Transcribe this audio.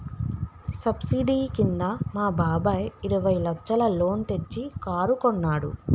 subsidy కింద మా బాబాయ్ ఇరవై లచ్చల లోన్ తెచ్చి కారు కొన్నాడు